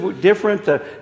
different